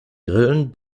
grillen